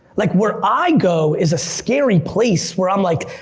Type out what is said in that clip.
like where i go is a scary place where i'm like,